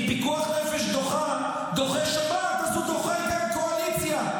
אם פיקוח נפש דוחה שבת אז הוא דוחה גם קואליציה.